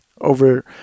over